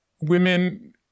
women